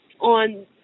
on